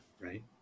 Right